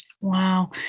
Wow